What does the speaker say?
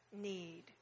need